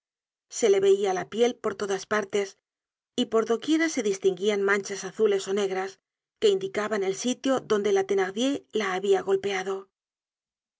se le veia la piel por varias partes y por do quiera se distinguían manchas azules ó negras que indicaban el sitio donde la thenardier la habia golpeado